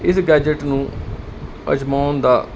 ਇਸ ਗਜਟ ਨੂੰ ਅਜਮਾਉਣ ਦਾ